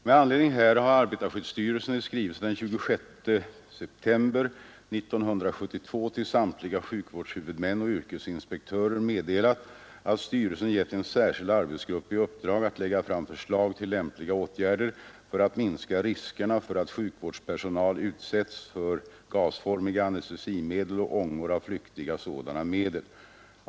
Med anledning härav har arbetarskyddsstyrelsen i skrivelse den 26 september 1972 till samtliga sjukvårdshuvudmän och yrkesinspektörer meddelat, att styrelsen gett en särskild arbetsgrupp i uppdrag att lägga fram förslag till lämpliga åtgärder för att minska riskerna för att sjukvårdspersonal utsätts för gasformiga anestesimedel och ångor av flyktiga sådana medel.